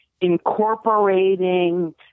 incorporating